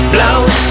Blows